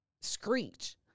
screech